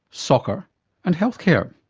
soccer and healthcare.